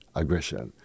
aggression